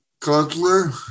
counselor